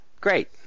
great